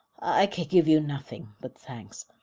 i can give you nothing but thanks,